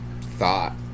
thought